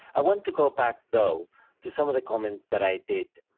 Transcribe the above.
i want to go back though to some of the comments that i did